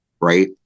Right